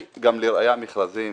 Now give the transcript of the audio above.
יש גם לראיה מכרזים